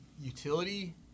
utility